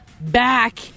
back